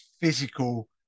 physical